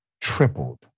tripled